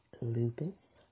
lupus